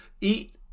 eat